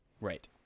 Right